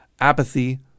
Apathy